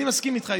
אני מסכים איתך,